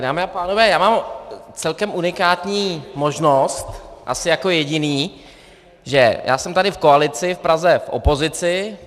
Dámy a pánové, já mám celkem unikátní možnost, asi jako jediný, že jsem tady v koalici, v Praze v opozici.